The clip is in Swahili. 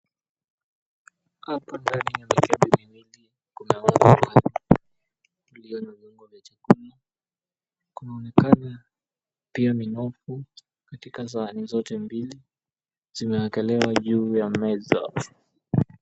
Hapa ndani ya mikebe miwili kuna wali wa nazi ulio na viungo vya chakula ,kunaonekana pia minofu katika sahani zote mbili zimeekelewa juu ya meza.